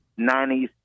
90s